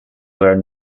were